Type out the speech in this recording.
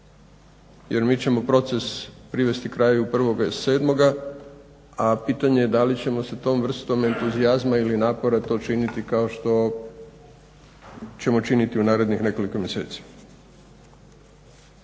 jer mi ćemo proces privesti kraju 1.7.a pitanje je da li ćemo sa tom vrstom entuzijazma ili napora to činiti kao što ćemo činiti u narednih nekoliko mjeseci.